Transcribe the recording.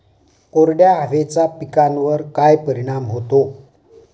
कोरड्या हवेचा पिकावर काय परिणाम होतो?